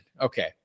Okay